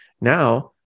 Now